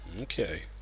Okay